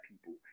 people